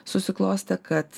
susiklostė kad